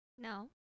No